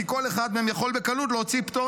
כי כל אחד מהם יכול בקלות להוציא פטור